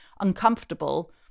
uncomfortable